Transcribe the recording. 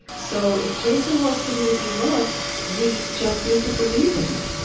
so if jason wants to do what he loves, we just need to believe in that.